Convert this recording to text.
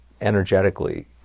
energetically